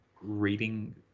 reading